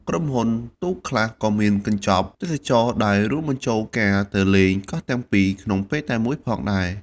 ក្រុមហ៊ុនទូកខ្លះក៏មានកញ្ចប់ទេសចរណ៍ដែលរួមបញ្ចូលការទៅលេងកោះទាំងពីរក្នុងពេលតែមួយផងដែរ។